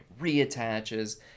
reattaches